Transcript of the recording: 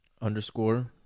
underscore